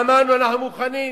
ואמרנו אנחנו מוכנים.